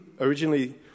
Originally